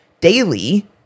daily